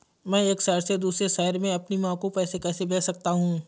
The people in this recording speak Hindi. मैं एक शहर से दूसरे शहर में अपनी माँ को पैसे कैसे भेज सकता हूँ?